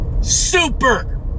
Super